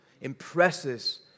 impresses